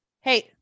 Hey